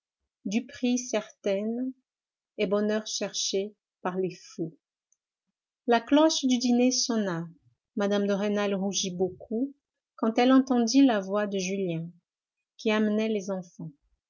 duperie certaine et bonheur cherché par les fous la cloche du dîner sonna mme de rênal rougit beaucoup quand elle entendit la voix de julien qui amenait les enfants